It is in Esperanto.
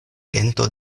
gento